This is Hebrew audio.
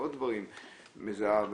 מעל שעוני מים יש חדר ילדים של המשפחה שגרה שם,